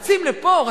רצים לפה,